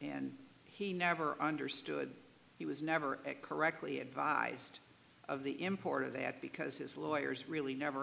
and he never understood he was never correctly advised of the import of that because his lawyers really never